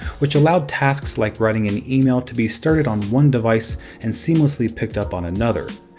which allowed tasks like writing an email to be started on one device and seamlessly picked up on another.